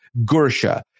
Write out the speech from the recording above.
Gersha